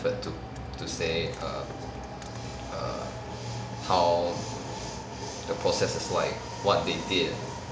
effort to to say err err how the process is like what they did